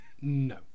no